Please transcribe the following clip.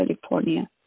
California